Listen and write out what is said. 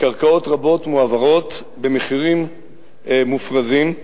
וקרקעות רבות מועברות במחירים מופרזים,